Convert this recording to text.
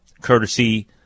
courtesy